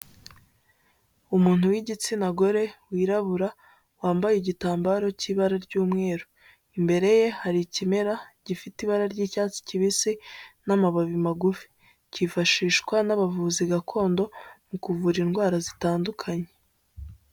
Umuntu w'igitsina gore wirabura wambaye igitambaro k'ibara ry'umweru, imbere ye hari ikimera gifite ibara ry'icyatsi kibisi n'amababi magufi, kifashishwa n'abavuzi gakondo mu kuvura indwara zitandukanye.